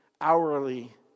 hourly